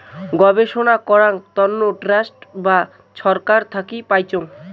গবেষণা করাং তন্ন ট্রাস্ট বা ছরকার থাকি পাইচুঙ